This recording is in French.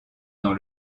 dans